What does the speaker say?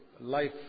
life